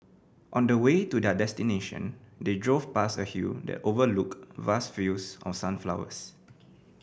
on the way to their destination they drove past a hill that overlooked vast fields of sunflowers